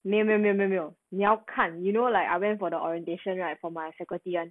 没有没有没有没有没有你要看 you know like I went for the orientation right for my faculty then